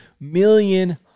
million